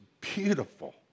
beautiful